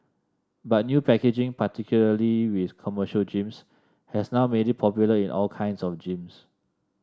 but new packaging particularly with commercial gyms has now made it popular in all kinds of gyms